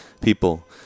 people